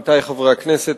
עמיתי חברי הכנסת,